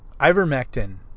Ivermectin